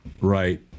right